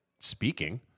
speaking